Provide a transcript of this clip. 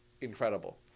incredible